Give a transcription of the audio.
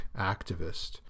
activist